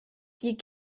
die